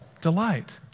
Delight